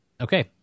okay